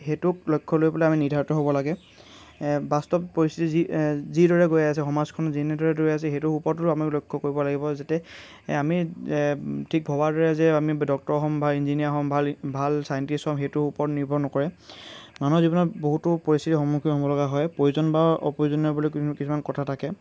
সেইটোক লক্ষ্য লৈ পেলাই আমি নিৰ্ধাৰিত হ'ব লাগে এ বাস্তৱ পৰিস্থিতি যিদৰে গৈ আছে সমাজখন যেনেদৰে গৈ আছে সেইটো ৰূপতো আমি লক্ষ্য কৰিব লাগিব যাতে আমি এ ঠিক ভবাৰ দৰে যে আমি ডক্টৰ হ'ম বা ইঞ্জিনিয়াৰ হ'ম ভাল চাইণ্টিচ্ট হ'ম সেইটোৰ ওপৰত নিৰ্ভৰ নকৰে মানুহৰ জীৱনত বহুতো পৰিস্থিতিৰ সন্মুখীন হ'বলগীয়া হয় প্ৰয়োজনীয় আৰু অপ্ৰয়োজনীয় বুলি কিছুমান কথা থাকে